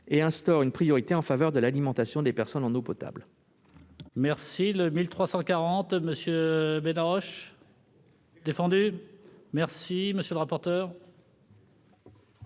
et instaurent une priorité en faveur de l'alimentation des personnes en eau potable.